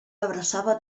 abraçava